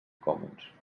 commons